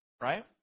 right